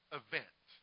event